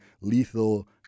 lethal